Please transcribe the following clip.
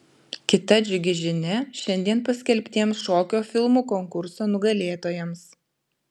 kita džiugi žinia šiandien paskelbtiems šokio filmų konkurso nugalėtojams